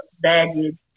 baggage